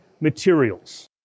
materials